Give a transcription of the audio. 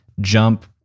jump